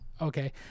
okay